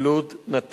לוד, נתניה,